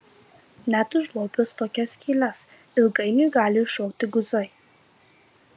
net užlopius tokias skyles ilgainiui gali iššokti guzai